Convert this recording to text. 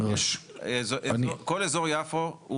כל אזור יפו,